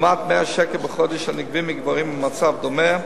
לעומת 100 שקל בחודש הנגבים מגברים במצב דומה,